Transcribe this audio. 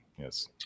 yes